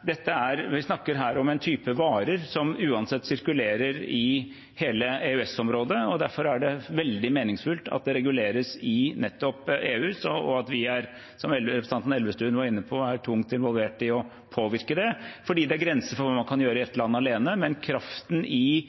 vi, som representanten Elvestuen var inne på, er tungt involvert i å påvirke det. Det er grenser for hva man kan gjøre i ett land alene, men kraften i